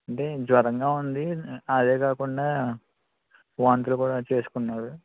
అంటే జ్వరంగా ఉంది అదే కాకుండా వాంతులు కూడా చేసుకున్నాడు